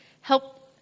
help